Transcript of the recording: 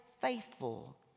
faithful